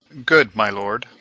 good my lord